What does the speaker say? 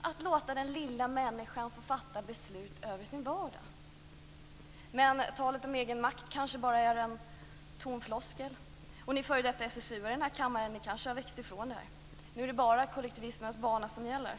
Det handlar om att låta den lilla människan fatta beslut över sin vardag. Men talet om egenmakt kanske bara är en tom floskel, och ni f.d. SSU:are i den här kammaren kanske har växt ifrån det där. Nu är det bara kollektivismens bana som gäller.